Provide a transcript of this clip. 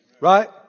right